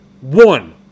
one